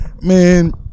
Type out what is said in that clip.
man